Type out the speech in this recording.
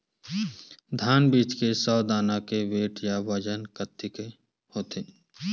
धान बीज के सौ दाना के वेट या बजन कतके होथे?